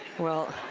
well,